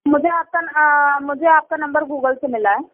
مجھے آپ کان مجھے آپ کا نمبر گوگل سے ملا ہے